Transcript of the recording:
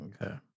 Okay